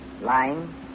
Lying